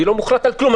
אני לא מוחלט על כלום.